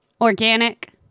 Organic